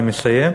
אני מסיים,